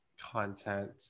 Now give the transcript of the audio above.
content